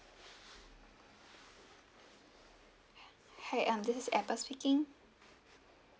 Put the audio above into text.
hi um this is apple speaking